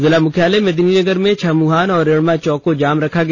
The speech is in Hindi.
जिला मुख्यालय मेदिनीनगर में छहमुहान और रेड़मा चौक को जाम रखा गया